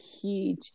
huge